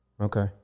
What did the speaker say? Okay